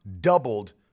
doubled